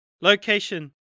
location